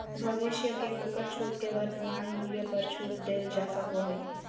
भविष्य के नकद छूट के वर्तमान मूल्य पर छूट देल जा सको हइ